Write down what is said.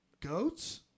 Goats